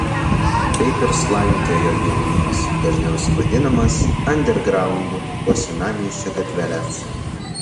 taip ir slankiojo jaunimas dažniausiai vadinamas andergraundu po senamiesčio gatveles